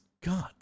God